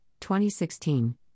2016